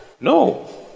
no